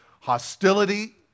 hostility